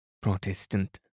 Protestant